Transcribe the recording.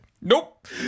Nope